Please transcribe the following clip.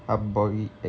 hard boiled egg